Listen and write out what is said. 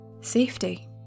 Safety